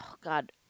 God